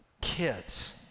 kids